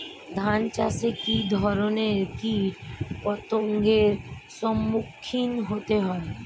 ধান চাষে কী ধরনের কীট পতঙ্গের সম্মুখীন হতে হয়?